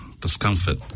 discomfort